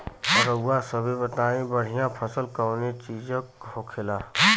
रउआ सभे बताई बढ़ियां फसल कवने चीज़क होखेला?